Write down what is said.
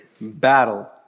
battle